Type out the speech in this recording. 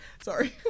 Sorry